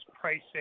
pricing